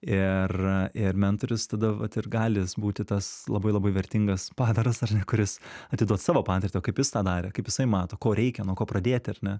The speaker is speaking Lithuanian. ir ir mentorius tada vat ir gali būti tas labai labai vertingas padaras kuris atiduot savo patirtį o kaip jis tą darė kaip jisai mato ko reikia nuo ko pradėti ar ne